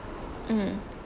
mm